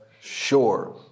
sure